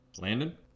Landon